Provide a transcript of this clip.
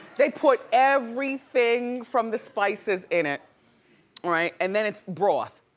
they put everything from the spices in it, all right? and then it's broth.